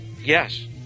yes